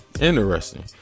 interesting